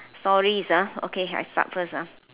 stories ah okay I start first ah